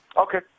Okay